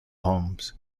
homes